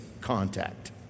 contact